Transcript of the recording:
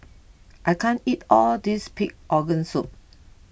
I can't eat all of this Pig Organ Soup